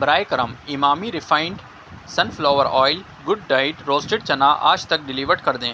براہ کرم Emami refined sunflower oil good diet roasted chana آج تک ڈیلیوڈ کر دیں